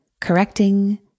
Correcting